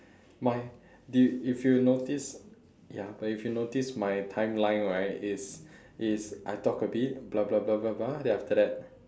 my did if you noticed ya but if you noticed my timeline right it's it's I talk a bit blah blah blah blah blah then after that